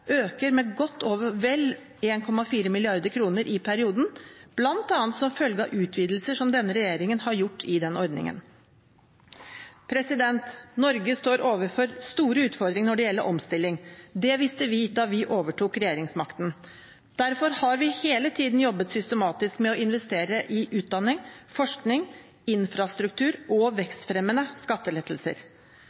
øker med godt og vel 1,4 mrd. kr i perioden, bl.a. som følge av utvidelser som denne regjeringen har gjort i den ordningen. Norge står overfor store utfordringer når det gjelder omstilling, det visste vi da vi overtok regjeringsmakten. Derfor har vi hele tiden jobbet systematisk med å investere i utdanning, forskning, infrastruktur og vekstfremmende skattelettelser.